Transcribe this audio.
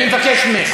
אני מבקש ממךְ.